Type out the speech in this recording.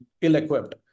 ill-equipped